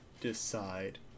Decide